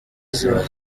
ziba